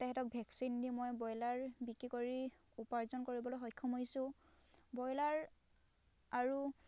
তেহেঁতক ভেকচিন দি মই ব্ৰয়লাৰ বিক্ৰী কৰি উপাৰ্জন কৰিবলৈ সক্ষম হৈছোঁ ব্ৰয়লাৰ আৰু